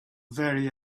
very